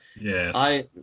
Yes